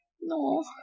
No